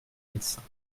médecins